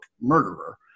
murderer